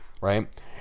Right